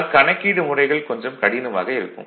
ஆனால் கணக்கீடு முறைகள் கொஞ்சம் கடினமாக இருக்கும்